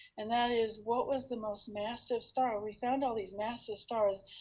and that is what was the most massive star? we found all these massive stars.